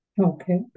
Okay